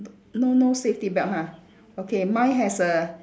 n~ no no safety belt ha okay mine has a